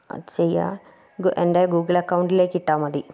അത് ചെയ്യുക എൻ്റെ ഗൂഗിൾ അക്കൗണ്ടിലേക്ക് ഇട്ടാൽ മതി